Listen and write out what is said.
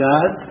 God